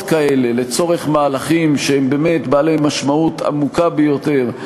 כאלה לצורך מהלכים שהם באמת בעלי משמעות עמוקה ביותר,